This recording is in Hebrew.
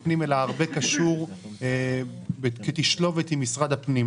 הדבר קיים בצרפת, שוויץ ובעוד מקומות.